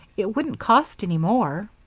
it wouldn't cost any more.